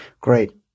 great